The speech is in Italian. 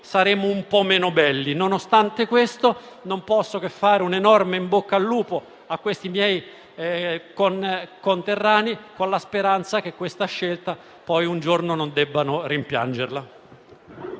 saremo un po' meno belli. Nonostante questo, non posso che fare un enorme in bocca al lupo a questi miei conterranei, con la speranza che tale scelta poi un giorno non debbano rimpiangerla.